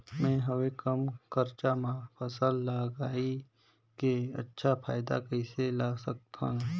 मैं हवे कम खरचा मा फसल ला लगई के अच्छा फायदा कइसे ला सकथव?